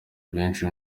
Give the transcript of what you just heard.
benshi